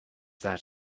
that